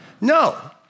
No